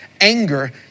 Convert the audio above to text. anger